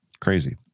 Crazy